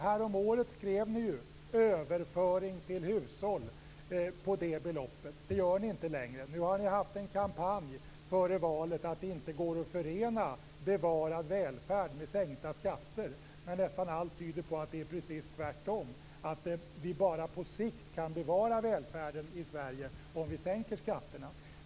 Häromåret skrev ni "överföring till hushåll" på det beloppet. Det gör ni inte längre. Nu har ni haft en kampanj före valet om att det inte går att förena bevarad välfärd med sänkta skatter, när nästan allt tyder på att det är precis tvärtom. Vi kan bara på sikt bevara välfärden i Sverige om vi sänker skatterna.